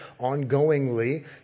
ongoingly